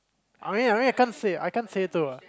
I mean I mean I can't say I can't say too ah